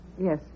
yes